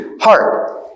heart